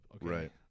Right